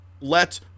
let